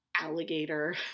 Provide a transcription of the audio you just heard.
alligator